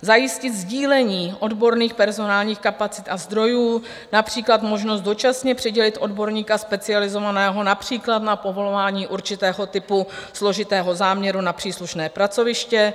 Za páté zajistit sdílení odborných personálních kapacit a zdrojů, například možnost dočasně přidělit odborníka specializovaného například na povolování určitého typu složitého záměru na příslušné pracoviště.